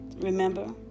remember